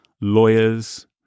lawyers